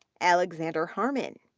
alexander harmon,